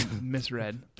Misread